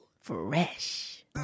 Fresh